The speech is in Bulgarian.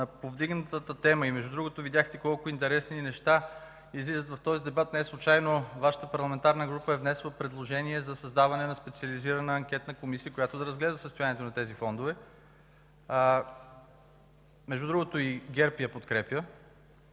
на повдигнатата тема, между другото видяхте колко интересни неща излизат от този дебат – неслучайно Вашата парламентарна група е внесла предложение за създаване на специализирана анкетна комисия, която да разгледа състоянието на тези фондове, а и ГЕРБ подкрепя